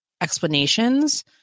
explanations